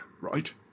right